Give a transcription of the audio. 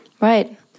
right